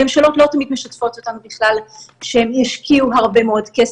הממשלות לא תמיד משתפות אותנו בכלל שהן השקיעו הרבה מאוד כסף,